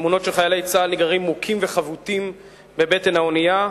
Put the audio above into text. תמונות של חיילי צה"ל נגררים מוכים וחבוטים בבטן האונייה.